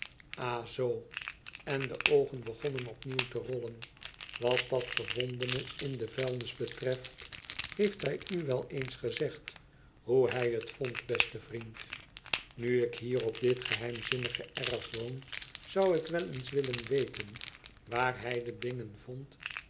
zoo en de oogen begonnen opnieuw te rollen wat dat gevondene in de vuilnis betreft heeft hij u wel eens gezegd hoe hij het vond beste vriend nu ik hier op dit geheimzinnige eif woon zou ik wel eens willen weten waar hij de dingen vond